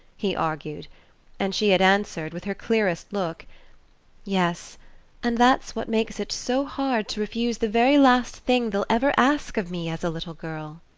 he argued and she had answered, with her clearest look yes and that's what makes it so hard to refuse the very last thing they'll ever ask of me as a little girl.